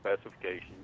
specification